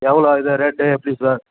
எவ்வளோ இது ரேட்டு எப்படி சார்